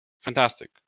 fantastic